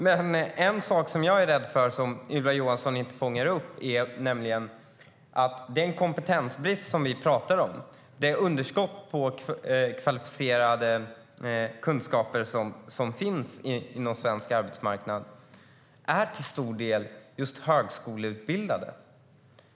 Men en sak som jag är rädd för och som Ylva Johansson inte fångar upp är att den kompetensbrist som vi pratar om, det underskott på kvalificerade kunskaper som finns på svensk arbetsmarknad, handlar till stor del om just högskoleutbildade.